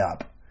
up